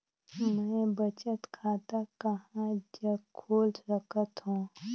मैं बचत खाता कहां जग खोल सकत हों?